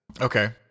Okay